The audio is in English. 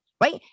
right